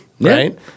Right